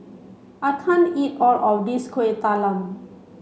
I can't eat all of this Kuih Talam